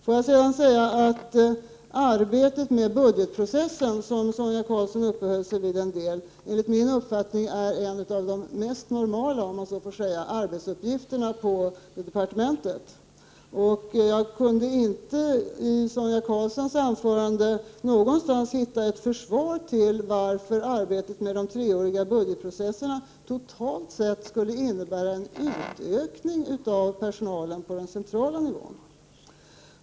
Får jag sedan säga att arbetet med 6 april 1989 budgetprocessen, som Sonia Karlsson till en del uppehöll sig vid, enligt min uppfattning är en av de mest normala, om jag så får säga, arbetsuppgifterna ; 2 Sher E jä personalen inom civil på departementet. Jag kunde inte i Sonia Karlssons anförande någonstans ä hitta ett försvar för varför arbetet med de treåriga budgetprocesserna totalt SROrtemeniet sett skulle innebära en utökning av personalen på den centrala nivån.